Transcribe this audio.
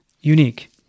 unique